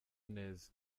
neza